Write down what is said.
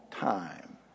time